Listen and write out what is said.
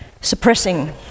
suppressing